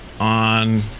on